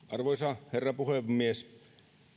arvoisa herra puhemies